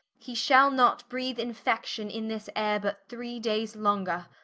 he shall not breathe infection in this ayre, but three dayes longer,